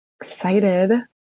Excited